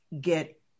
get